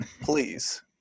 please